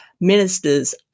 ministers